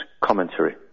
commentary